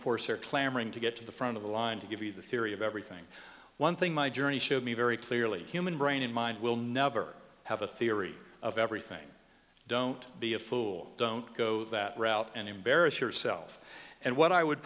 of course are clamoring to get to the front of the line to give you the theory of everything one thing my journey showed me very clearly human brain in mind will never have a theory of everything don't be a fool don't go that route and embarrass yourself and what i would